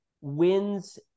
wins